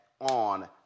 on